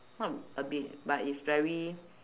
not a bit but is very